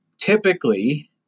typically